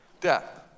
death